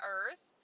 earth